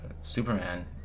Superman